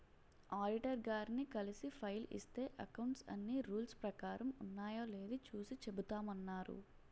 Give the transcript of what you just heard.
auditor గారిని కలిసి file ఇస్తే అకౌంట్స్ అన్నీ రూల్స్ ప్రకారం ఉన్నాయో లేదో చూసి చెబుతామన్నారు